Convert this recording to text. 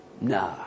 No